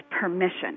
permission